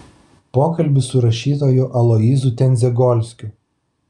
pokalbis su rašytoju aloyzu tendzegolskiu